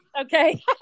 Okay